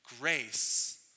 grace